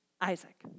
Isaac